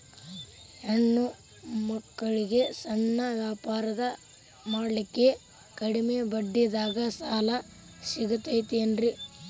ಹೆಣ್ಣ ಮಕ್ಕಳಿಗೆ ಸಣ್ಣ ವ್ಯಾಪಾರ ಮಾಡ್ಲಿಕ್ಕೆ ಕಡಿಮಿ ಬಡ್ಡಿದಾಗ ಸಾಲ ಸಿಗತೈತೇನ್ರಿ?